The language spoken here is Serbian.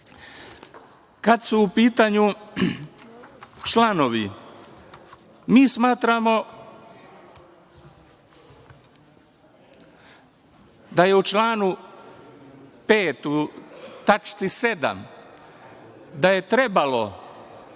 su u pitanju članovi, mi smatramo da je u članu 5. tački 7) da je trebalo